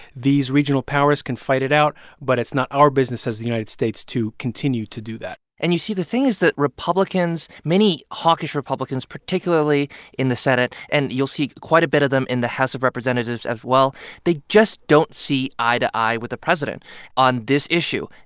these regional powers can fight it out, but it's not our business as the united states to continue to do that and you see the thing is that republicans many hawkish republicans, particularly in the senate, and you'll see quite a bit of them in the house of representatives as well they just don't see eye to eye with the president on this issue.